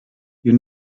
you